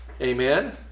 amen